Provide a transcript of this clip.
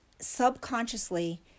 subconsciously